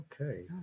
Okay